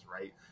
right